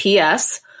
PS